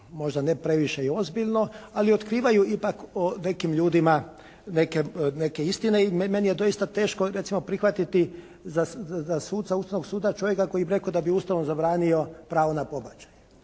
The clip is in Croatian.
možda i ne previše i ozbiljno, ali otkrivaju ipak o nekim ljudima neke istine i meni je doista teško recimo prihvatiti za suca Ustavnog suda čovjeka koji bi rekao da bi Ustavom zabranio pravo na pobačaj.